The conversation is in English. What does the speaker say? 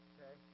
Okay